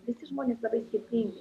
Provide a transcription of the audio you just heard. visi žmonės labai skirtingi